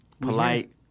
Polite